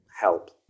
help